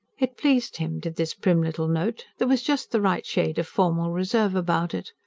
it pleased him, did this prim little note there was just the right shade of formal reserve about it.